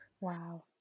Wow